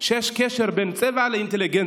שיש קשר בין צבע לאינטליגנציה,